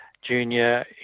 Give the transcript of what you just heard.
Junior